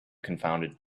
confounded